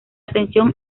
atención